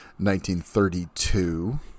1932